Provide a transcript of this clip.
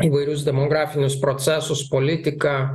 įvairius demografinius procesus politiką